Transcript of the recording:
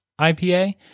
IPA